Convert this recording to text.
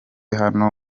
hano